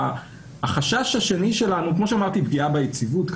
החשש השני שלנו, כמו שאמרתי, הוא פגיעה ביציבות.